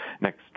next